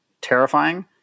terrifying